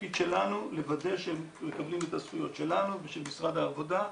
התפקיד שלנו ושל משרד העבודה,